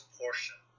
portion